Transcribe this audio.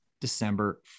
December